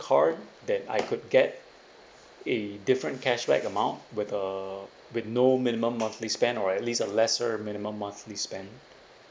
card that I could get a different cashback amount but uh with no minimum monthly spend or at least a lesser minimum monthly spend